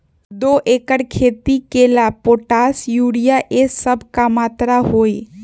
दो एकर खेत के ला पोटाश, यूरिया ये सब का मात्रा होई?